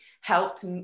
helped